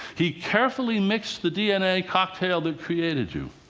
he carefully mixed the dna cocktail that created you.